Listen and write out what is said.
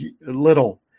little